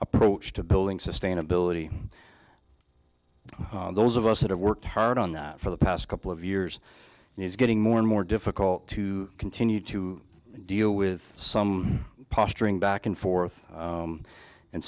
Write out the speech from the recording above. approach to building sustainability those of us that have worked hard on that for the past couple of years is getting more and more difficult to continue to deal with some posturing back and forth